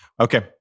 Okay